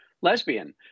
lesbian